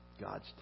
God's